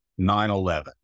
9-11